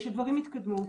אני חושבת שדברים יתקדמו.